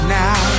now